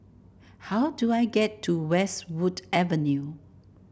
how do I get to Westwood Avenue